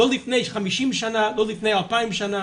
לא לפני 50 שנה, לא לפני 2000 שנה.